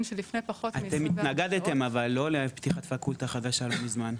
אתם התנגדתם אבל לא לפתיחת פקולטה חדשה לא מזמן?